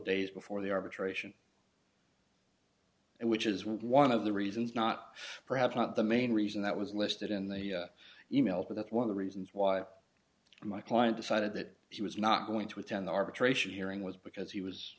days before the arbitration and which is one of the reasons not perhaps not the main reason that was listed in the e mail but that one of the reasons why my client decided that he was not going to attend the arbitration hearing was because he was